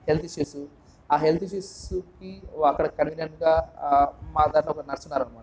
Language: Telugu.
హెల్త్ ఇష్యూస్ ఆ హెల్త్ ఇష్యూస్కి అక్కడ కన్వీనియంట్గా మాకైతే ఒక నర్స్ ఉన్నారనమాట